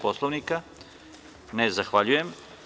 Poslovnika? (Ne.) Zahvaljujem.